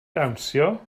dawnsio